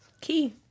key